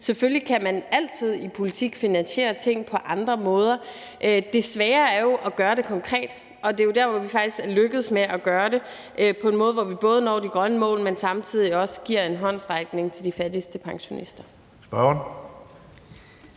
selvfølgelig kan man altid i politik finansiere ting på andre måder. Det svære er jo at gøre det konkret, og det er der, hvor vi faktisk er lykkedes med at gøre det på en måde, hvor vi både når de grønne mål, men samtidig også giver en håndsrækning til de fattigste pensionister.